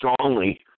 strongly